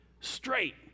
Straight